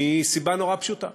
מסיבה נורא פשוטה,